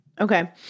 Okay